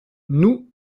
nous